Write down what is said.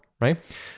right